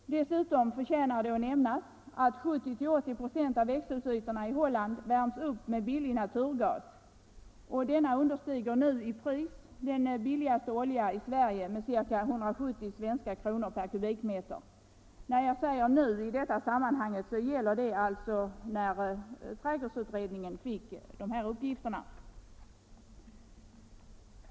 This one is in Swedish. Dessutom förtjänar det att påpekas att 70-80 26 av växthusytorna i Holland värms upp med billig naturgas. Denna understiger nu i pris den billigaste oljan i Sverige med ca 170 svenska kronor per kubikmeter; när jag säger nu syftar jag på den tidpunkt då 1974 års trädgårdsnäringsutredning fick uppgifterna.